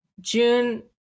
June